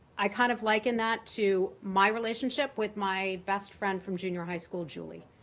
i kind of liken that to my relationship with my best friend from junior high school, julie.